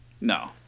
No